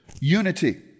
unity